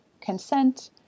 consent